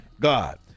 God